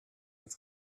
ins